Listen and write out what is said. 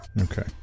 Okay